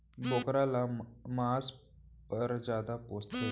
बोकरा ल मांस पर जादा पोसथें